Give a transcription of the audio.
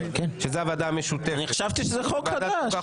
שזו הוועדה המשותפת של ועדת החוקה,